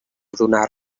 donar